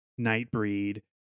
Nightbreed